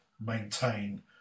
maintain